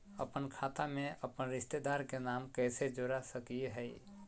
अपन खाता में अपन रिश्तेदार के नाम कैसे जोड़ा सकिए हई?